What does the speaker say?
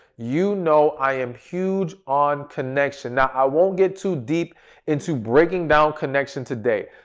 you know i am huge on connection. now, i won't get too deep into breaking down connection today.